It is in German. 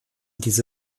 diese